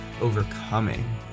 overcoming